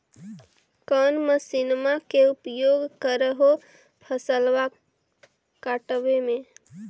कौन मसिंनमा के उपयोग कर हो फसलबा काटबे में?